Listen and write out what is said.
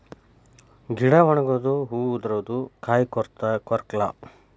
ಗಿಡಾ ಒಣಗುದು ಹೂ ಉದರುದು ಕಾಯಿ ಕೊರತಾ ಕೊರಕ್ಲಾ